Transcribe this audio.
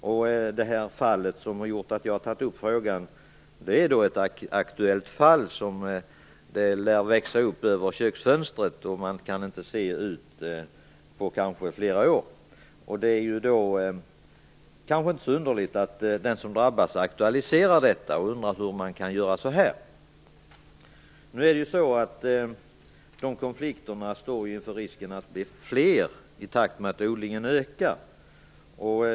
Det som har föranlett mig att ta upp frågan är ett aktuellt fall där salix lär växa upp över köksfönstret så att man kanske inte kan se ut genom fönstret på flera år. Det är då kanske inte så underligt att den som drabbas aktualiserar frågan och undrar hur man kan göra så här. Nu står vi inför risken att konflikterna blir fler i takt med att odlingen ökar.